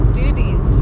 duties